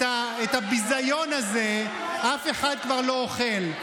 את הביזיון הזה אף אחד כבר לא אוכל.